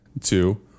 two